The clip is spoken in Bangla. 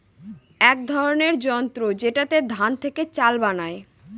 এক ধরনের যন্ত্র যেটাতে ধান থেকে চাল বানায়